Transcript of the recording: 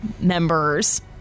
members